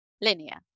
linear